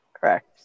Correct